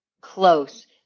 Close